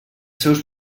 seus